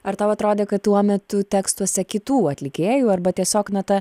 ar tau atrodė kad tuo metu tekstuose kitų atlikėjų arba tiesiog na ta